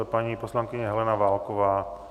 Paní poslankyně Helena Válková.